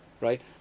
Right